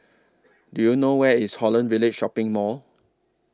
Do YOU know Where IS Holland Village Shopping Mall